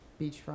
Beachfront